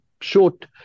short